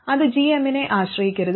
അത് gm നെ ആശ്രയിക്കരുത്